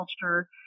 culture